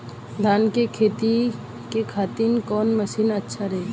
धान के खेती के खातिर कवन मशीन अच्छा रही?